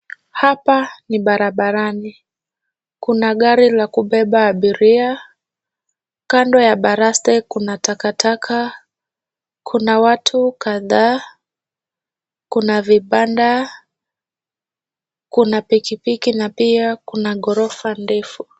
Hapa ni barabarani. Kuna gari la kubeba abiria. Kando ya baraste kuna takataka, kuna watu kadhaa, kuna pikipiki na pia kuna ghorofa ndefu.